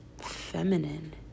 feminine